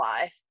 life